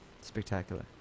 spectacular